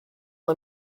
let